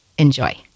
enjoy